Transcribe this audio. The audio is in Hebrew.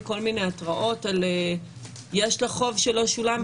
הרבה מאוד התראות על כך שיש לי חוב שלא שולם,